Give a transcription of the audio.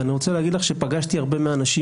ואני רוצה להגיד לך שפגשתי הרבה מהאנשים